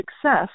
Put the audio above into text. success